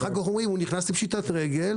ואחר כך אומרים שהוא נכנס לפשיטת רגל,